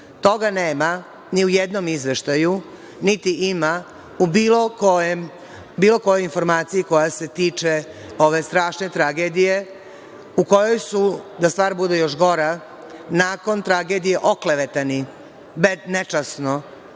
Toga nema ni u jednom izveštaju, niti ima u bilo kojoj informaciji koja se tiče ove strašne tragedije u kojoj su, da stvar bude još gora, nakon tragedije oklevetani nečasno,